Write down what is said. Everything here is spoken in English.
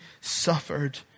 suffered